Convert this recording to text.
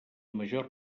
major